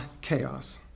chaos